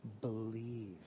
believe